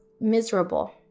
miserable